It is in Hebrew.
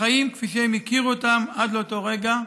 החיים, כפי שהם הכירו אותם עד אותו רגע,